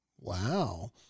Wow